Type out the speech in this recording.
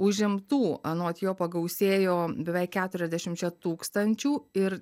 užimtų anot jo pagausėjo beveik keturiasdešimčia tūkstančių ir